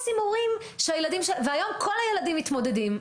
והיום כל הילדים מתמודדים.